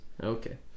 Okay